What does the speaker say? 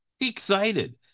excited